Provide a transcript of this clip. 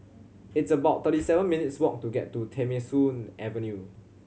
it's about thirty seven minutes walk to get to Nemesu Avenue